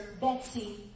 Betsy